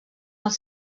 els